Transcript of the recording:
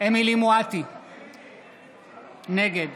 נגד